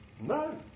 No